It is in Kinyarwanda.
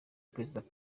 president